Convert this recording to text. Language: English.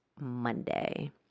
Monday